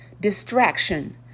distraction